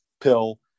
pill